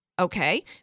Okay